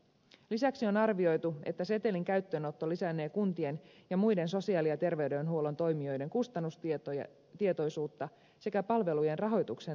lisäksi on arvioitu että setelin käyttöönotto lisännee kuntien ja muiden sosiaali ja terveydenhuollon toimijoiden kustannustietoisuutta sekä palvelujen rahoituksen läpinäkyvyyttä